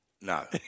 No